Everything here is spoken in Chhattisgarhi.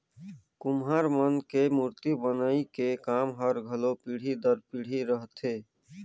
कुम्हार मन के मूरती बनई के काम हर घलो पीढ़ी दर पीढ़ी रहथे